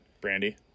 Brandy